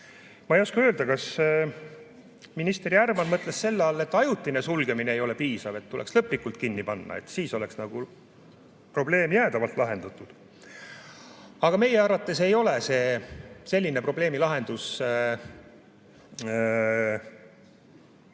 Ma ei oska öelda, kas minister Järvan mõtles selle all, et ajutine sulgemine ei ole piisav, tuleks lõplikult kinni panna, siis oleks nagu probleem jäädavalt lahendatud. Aga meie arvates ei ole selline probleemi lahendus